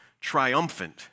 triumphant